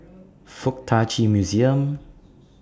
Fuk Tak Chi Museum